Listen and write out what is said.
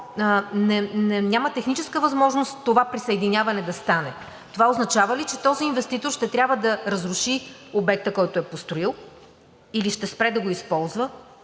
няма техническа възможност това присъединяване да стане. Това означава ли, че инвеститор ще трябва да разруши обекта, който е построил, или ще спре да го използва,